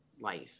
life